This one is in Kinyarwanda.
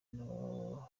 n’ababa